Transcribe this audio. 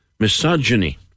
Misogyny